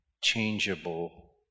changeable